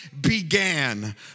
began